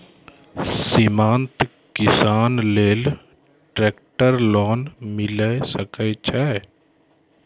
सीमांत किसान लेल ट्रेक्टर लोन मिलै सकय छै?